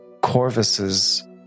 Corvus's